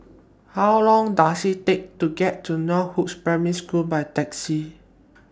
How Long Does IT Take to get to Northoaks Primary School By Taxi